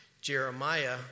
Jeremiah